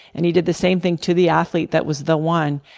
and he did the same thing to the athlete that was the one.